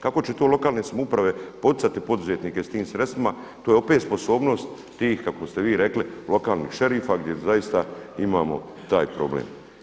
Kako će to lokalne samouprave poticati poduzetnike s tim sredstvima to je opet sposobnost tih kako ste vi rekli lokalnih šerifa gdje zaista imamo taj problem.